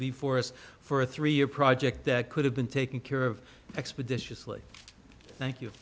before us for a three year project that could have been taken care of expeditiously thank you